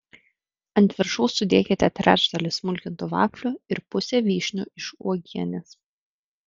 ant viršaus sudėkite trečdalį smulkintų vaflių ir pusę vyšnių iš uogienės